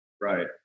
Right